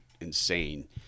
insane